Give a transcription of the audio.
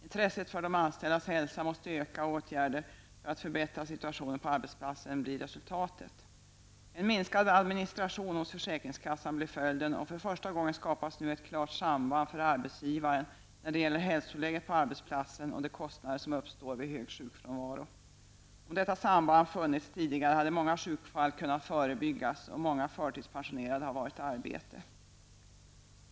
Intresset för de anställdas hälsa måste öka, och åtgärder för att förbättra situationen på arbetsplatsen blir resultatet. En minskad administration hos försäkringskasan blir följden, och för första gången skapas nu ett klart samband för arbetsgivaren när det gäller hälsoläget på arbetsplatsen och de kostnader som uppstår vid hög sjukfrånvaro. Om detta samband funnits tidigare hade många sjukfall kunnat förebyggas och många förtidspensionerade ha varit i arbete.